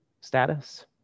status